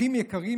אחים יקרים,